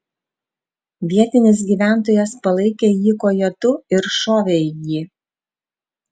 vietinis gyventojas palaikė jį kojotu ir šovė į jį